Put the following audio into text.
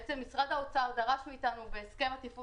אלא משרד האוצר דרש מאיתנו במסגרת הסכם התפעול